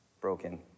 broken